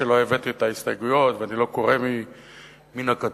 שלא הבאתי את ההסתייגויות ואני לא קורא מן הכתוב.